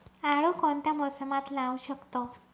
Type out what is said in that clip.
आळू कोणत्या मोसमात लावू शकतो?